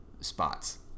spots